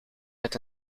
met